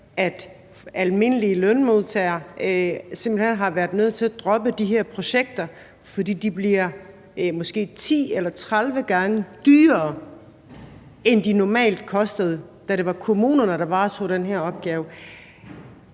at almindelige lønmodtagere simpelt hen har været nødt til at droppe de her projekter, fordi de måske bliver 10 eller 30 gange dyrere, end de normalt var, da det var kommunerne, der varetog den her opgave.